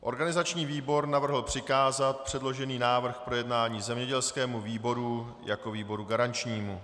Organizační výbor navrhl přikázat předložený návrh k projednání zemědělskému výboru jako výboru garančnímu.